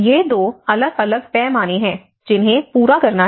ये दो अलग अलग पैमाने हैं जिन्हें पूरा करना है